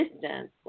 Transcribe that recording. distance